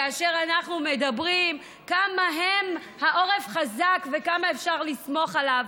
כאשר אנחנו אומרים כמה העורף חזק וכמה אפשר לסמוך עליו.